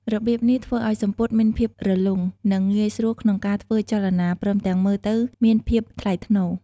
របៀបនេះធ្វើឲ្យសំពត់មានភាពរលុង និងងាយស្រួលក្នុងការធ្វើចលនា ព្រមទាំងមើលទៅមានភាពថ្លៃថ្នូរ។